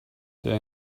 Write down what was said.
der